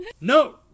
No